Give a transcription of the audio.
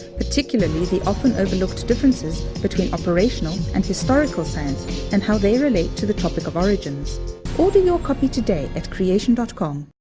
particularly the often overlooked differences between operational and historical science and how they relate to the topic of origins order your copy today at creation dot com